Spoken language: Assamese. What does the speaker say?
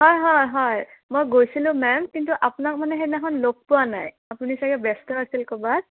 হয় হয় হয় মই গৈছিলোঁ মেম কিন্তু আপোনাক মানে সেইদিনাখন লগ পোৱা নাই আপুনি চাগে ব্যস্ত আছিল ক'ৰবাত